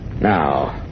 Now